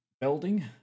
building